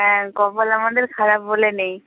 হ্যাঁ কপাল আমাদের খারাপ বলে নেই